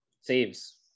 Saves